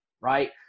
right